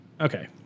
Okay